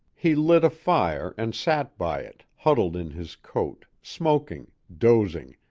he lit a fire and sat by it, huddled in his coat, smoking, dozing,